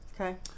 okay